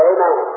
Amen